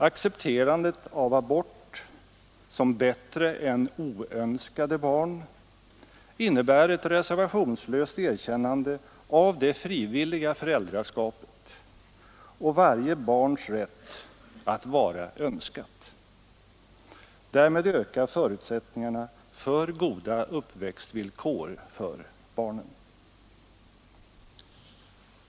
Accepterandet av abort som bättre än oönskade barn innebär ett reservationslöst erkännande av det frivilliga föräldraskapet och varje barns rätt att vara önskat. Därmed ökar förutsättningarna för goda uppväxtvillkor för barn.